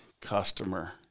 customer